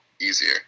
easier